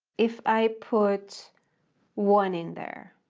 if i put one in there